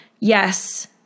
yes